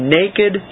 naked